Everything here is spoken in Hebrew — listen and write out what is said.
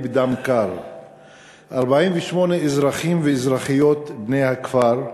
בדם קר 48 אזרחים ואזרחיות בני הכפר,